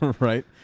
Right